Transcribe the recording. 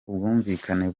ubwumvikane